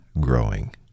growing